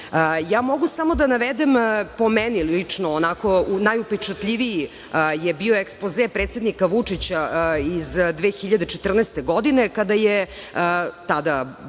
vide. Mogu samo da navedem, po meni lično onako najupečatljiviji je bio ekspoze predsednika Vučića iz 2014. godine, kada je tada